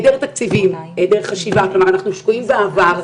היעדר תקציבים, היעדר חשיבה, אנחנו שקועים בעבר,